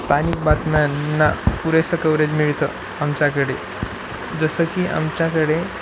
स्थानिक बातम्यांना पुरेसं कवरेज मिळतं आमच्याकडे जसं की आमच्याकडे